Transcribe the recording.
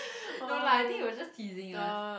no lah I think he was just teasing us